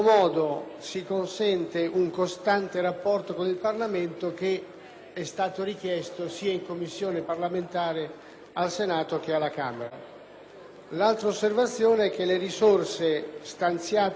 è stato richiesto in Commissione parlamentare sia al Senato, che alla Camera. L'altra osservazione è che le risorse stanziate dall'Esecutivo risultano di entità consistente,